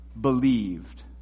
believed